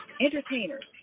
entertainers